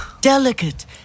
Delicate